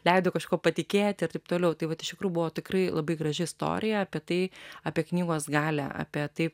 leido kažkuo patikėti ir taip toliau tai vat iš tikrųjų buvo tikrai labai graži istorija apie tai apie knygos galią apie tai